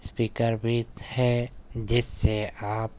speaker بھی ہے جس سے آپ